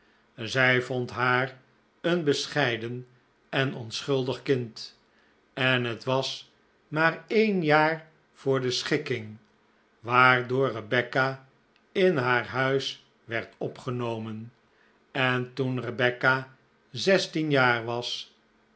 zij vond haar een bescheiden en onschuldig kind en het was maar een jaar voor de schikking waardoor rebecca in haar huis werd opgenomen en toen rebecca zestien jaar was